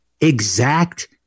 Exact